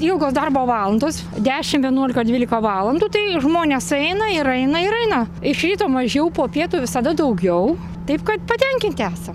ilgos darbo valandos dešim vienuolika dvylika valandų tai žmonės eina ir eina ir eina iš ryto mažiau po pietų visada daugiau taip kad patenkinti esam